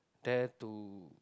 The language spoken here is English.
dare to